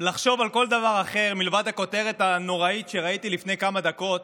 לחשוב על כל דבר אחר מלבד הכותרת הנוראית שראיתי לפני כמה דקות,